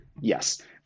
Yes